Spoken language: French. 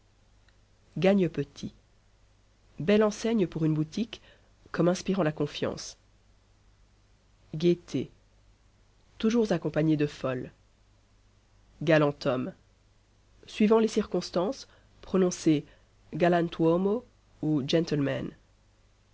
gagne petit belle enseigne pour une boutique comme inspirant la confiance gaieté toujours accompagnée de folle galant homme suivant les circonstances prononcer galantuomo ou gentleman